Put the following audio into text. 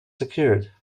secured